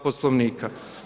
Poslovnika.